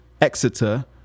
Exeter